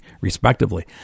respectively